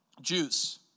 Jews